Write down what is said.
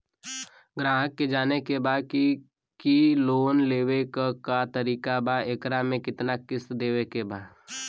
ग्राहक के जाने के बा की की लोन लेवे क का तरीका बा एकरा में कितना किस्त देवे के बा?